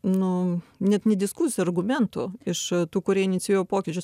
nu net ne diskusijų argumentų iš tų kurie inicijuoja pokyčius